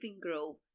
Grove